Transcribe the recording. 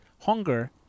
Hunger